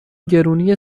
گرونی